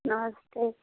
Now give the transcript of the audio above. नमस्ते